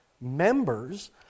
members